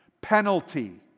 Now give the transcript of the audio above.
penalty